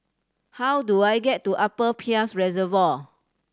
how do I get to Upper Peirce Reservoir